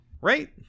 Right